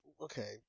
okay